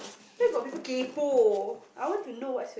where got people kaypoh I want to know what's